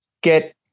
get